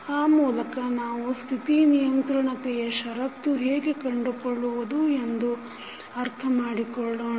ಆ ಮೂಲಕ ನಾವು ಸ್ಥಿತಿ ನಿಯಂತ್ರಣತೆಯ ಶರತ್ತನ್ನು ಹೇಗೆ ಕಂಡುಕೊಳ್ಳುವುದು ಎಂದು ಅರ್ಥ ಮಾಡಿಕೊಳ್ಳೋಣ